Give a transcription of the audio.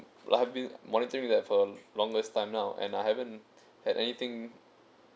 like I've been monitoring that from longest time now and I haven't had anything